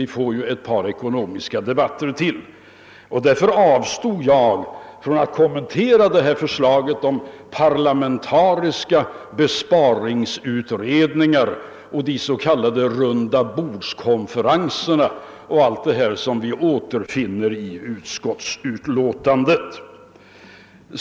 Vi får ju ytterligare ett par ekonomiska debatter, och därför avstod jag från att kommentera förslaget om parlamentariska besparingsutredningar och de s.k. rundabordskonferenserna och allt det som återfinns i utskottsutlåtandet.